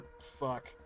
Fuck